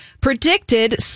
predicted